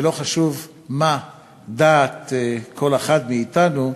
ולא חשוב מה דעת כל אחד מאתנו,